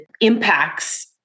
impacts